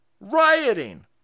rioting